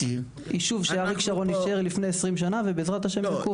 ישוב שאריק שרון אישר לפני 20 שנה ובעזרת ה' תקום.